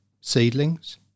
seedlings